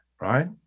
right